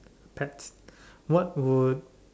pets what would